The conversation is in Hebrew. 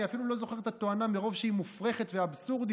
אני אפילו לא זוכר את התואנה מרוב שהיא מופרכת ואבסורדית.